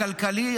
הכלכלי,